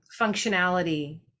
functionality